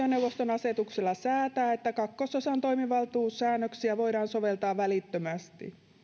asetuksella säätää että kahden osan toimivaltuussäännöksiä voidaan soveltaa välittömästi